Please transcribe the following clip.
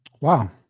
Wow